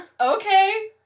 okay